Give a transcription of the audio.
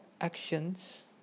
actions